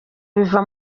biva